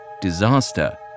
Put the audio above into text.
disaster